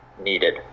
needed